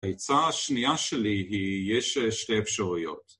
‫העצה השנייה שלי היא ‫יש שתי אפשרויות.